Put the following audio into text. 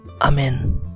amen